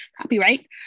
copyright